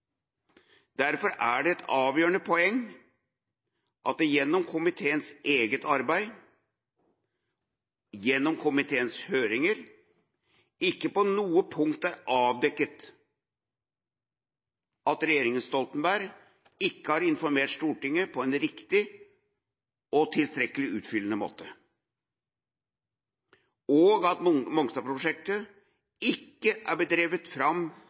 Derfor er det et avgjørende poeng at det gjennom komiteens eget arbeid og komiteens høringer ikke på noe punkt er avdekket at regjeringa Stoltenberg ikke har informert Stortinget på en riktig og tilstrekkelig utfyllende måte, og at Mongstad-prosjektet ikke har blitt drevet fram